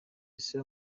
ese